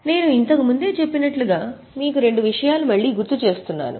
నేను ఇంతకు ముందే చెప్పినట్లుగా మీకు రెండు విషయాలు మళ్లీ గుర్తు చేస్తున్నాను